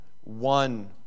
one